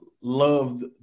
loved